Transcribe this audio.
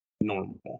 Normal